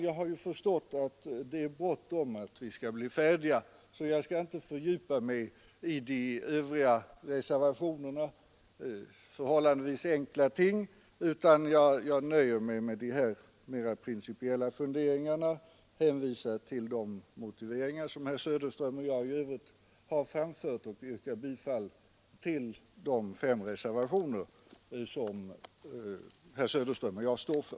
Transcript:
Jag har förstått att det är bråttom för att vi skall bli färdiga, så jag skall inte fördjupa mig i de övriga reservationerna — förhållandevis enkla ting — utan jag nöjer mig med de här mer principiella funderingarna. Jag hänvisar till de motiveringar som herr Söderström och jag har framfört och yrkar bifall till de fem reservationer som vi båda står för.